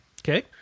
okay